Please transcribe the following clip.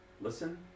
Listen